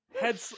head